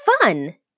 fun